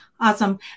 Awesome